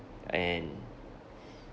and